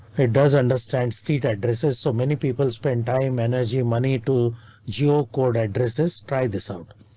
it does understand st addresses so many people spend time, energy, money to geocode addresses. try this out.